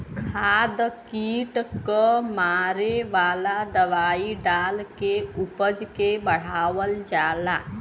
खाद कीट क मारे वाला दवाई डाल के उपज के बढ़ावल जाला